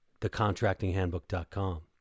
thecontractinghandbook.com